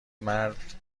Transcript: مرد